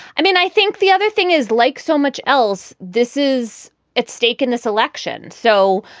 i mean, i think the other thing is, like so much else, this is at stake in this election. so,